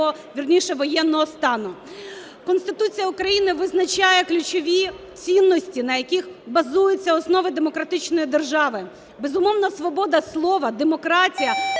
вірніше, воєнного стану? Конституція України визначає ключові цінності, на яких базуються основи демократичної держави. Безумовно, свобода слова, демократія,